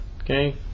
Okay